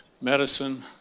medicine